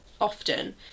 often